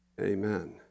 Amen